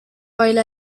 while